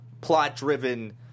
plot-driven